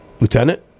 lieutenant